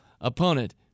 opponent